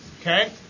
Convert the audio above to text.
Okay